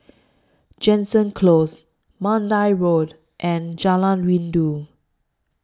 Jansen Close Mandai Road and Jalan Rindu